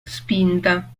spinta